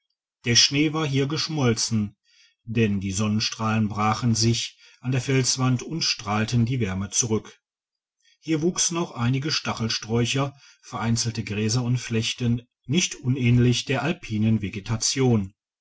der schnee war hier schiefergestein unterhalb der saitpositze geschmolzen denn die sonnenstrahlen brachen sich an der felswand und strahlten die wärme zurück hier wuchsen auch einige stachelsträucher vereinzelte gräser und flechten nicht unähnlich der